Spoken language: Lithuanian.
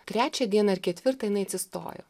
trečią dieną ar ketvirtą jinai atsistojo